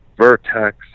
Vertex